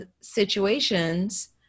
situations